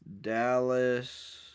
Dallas